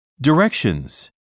Directions